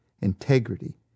integrity